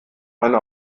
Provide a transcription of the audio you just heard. eine